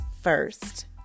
first